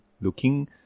looking